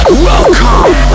welcome